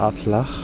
আঠ লাখ